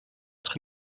être